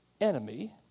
enemy